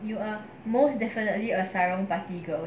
you are most definitely a sarong party girl